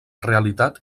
realitat